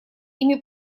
ими